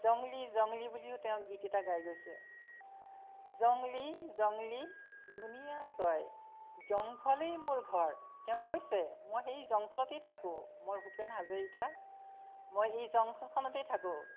জংলি জংলি বুলিও তেওঁ গীত এটা গাই গৈছে জংলি জংলি ধুনীয়াই কয় জংঘলেই মোৰ ঘৰ তেওঁ কৈছে মই সেই জংঘলতেই থাকোঁ মই ভূপেন হাজৰিকা মই এই জংঘলখনতেই থাকোঁ